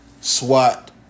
SWAT